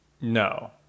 No